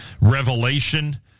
revelation